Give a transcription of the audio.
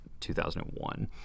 2001